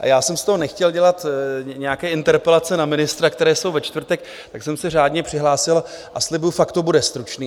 Já jsem z toho nechtěl dělat nějaké interpelace na ministra, které jsou ve čtvrtek, tak jsem se řádně přihlásil, a slibuju, fakt to bude stručný.